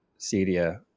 Cedia